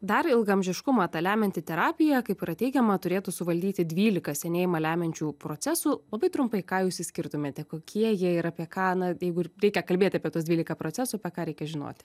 dar ilgaamžiškumą ta lemianti terapija kaip yra teigiama turėtų suvaldyti dvylika senėjimą lemiančių procesų labai trumpai ką jūs išskirtumėte kokie jie ir apie ką na jeigu ir reikia kalbėti apie tuos dvylika procesų apie ką reikia žinoti